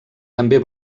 també